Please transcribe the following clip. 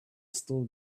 still